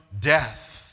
death